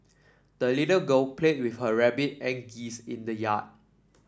the little girl played with her rabbit and geese in the yard